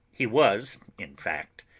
he was, in fact,